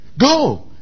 go